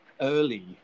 early